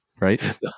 right